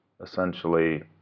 essentially